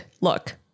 look